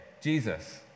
Jesus